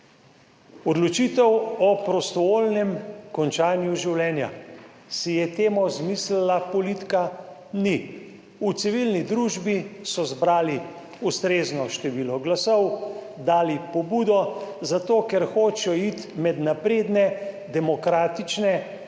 Odločitev o prostovoljnem končanju življenja si je temo izmislila politika. Ni. V civilni družbi so zbrali ustrezno število glasov, dali pobudo zato, ker hočejo iti med napredne demokratične države